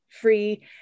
free